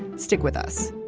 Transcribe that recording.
stick with us